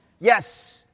Yes